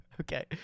Okay